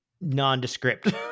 nondescript